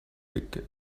big